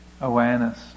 awareness